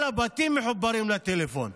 כל הבתים מחוברים לטלפון.